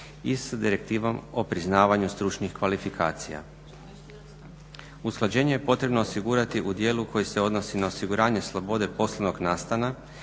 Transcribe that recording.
i sa Direktivom o priznavanju stručnih kvalifikacija. Usklađenje je potrebno osigurati u dijelu koji se odnosi na osiguranje slobode poslovnog nastana